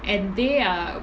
and they are